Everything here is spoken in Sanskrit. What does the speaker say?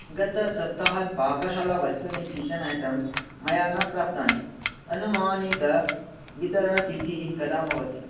गतसप्ताहात् पाकशाला वस्तूनि किचन् ऐटम्स् मया न प्राप्तानि अनुमानितवितरणतिथिः कदा भवति